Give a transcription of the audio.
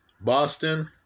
Boston